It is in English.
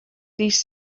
these